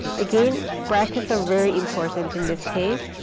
again, brackets are very important in this case.